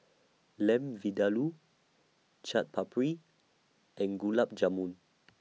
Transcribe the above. Lamb Vindaloo Chaat Papri and Gulab Jamun